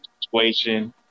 situation